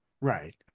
Right